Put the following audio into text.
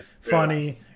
funny